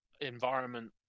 environment